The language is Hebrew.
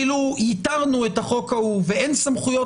כאילו ייתרנו את החוק ההוא ואין סמכויות